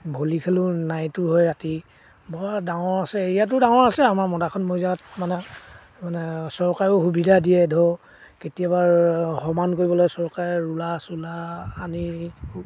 volley খেলোঁ নাইটো হয় ৰাতি বৰ ডাঙৰ আছে এৰিয়াটো ডাঙৰ আছে আমাৰ মদাৰখাট মৌজাত মানে মানে চৰকাৰেও সুবিধা দিয়ে ধৰ কেতিয়াবা সমান কৰিবলৈ চৰকাৰে ৰুলাৰ চোলাৰ আনি খুব